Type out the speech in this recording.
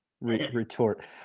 retort